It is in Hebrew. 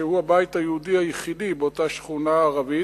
שהוא הבית היהודי היחידי באותה שכונה ערבית,